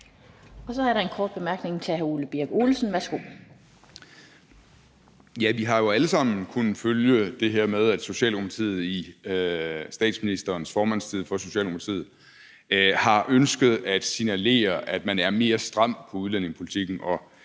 Så er der en kort bemærkning fra hr. Ole Birk Olesen. Værsgo. Kl. 14:25 Ole Birk Olesen (LA): Vi har jo alle sammen kunnet følge det her med, at Socialdemokratiet i statsministerens formandstid for Socialdemokratiet har ønsket at signalere, at man er mere stram i udlændingepolitikken,